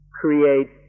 create